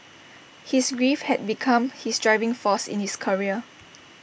his grief had become his driving force in his career